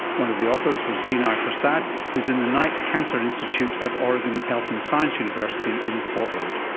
one of the authors was vinay prasad who is in the knight cancer institute at oregon health and science university in portland.